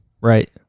right